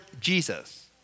Jesus